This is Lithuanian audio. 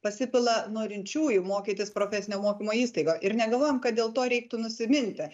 pasipila norinčiųjų mokytis profesinio mokymo įstaigoj ir negalvojom kad dėl to reiktų nusiminti